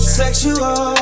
sexual